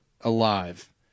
alive